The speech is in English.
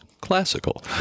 classical